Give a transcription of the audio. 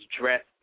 dress